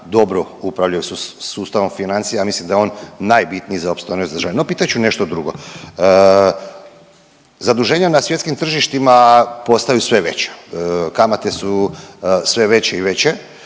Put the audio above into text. dobro upravljaju sustavom financija. Ja mislim da je on najbitniji za opstojnost države. No, pitat ću nešto drugo. Zaduženja na svjetskim tržištima postaju sve veća, kamate su sve veće i veće,